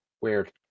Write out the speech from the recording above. Weird